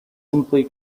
simply